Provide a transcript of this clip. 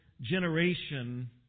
generation